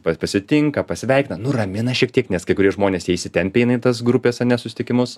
pa pasitinka pasveikina nuramina šiek tiek nes kai kurie žmonės jie įsitempę eina į tas grupės ane susitikimus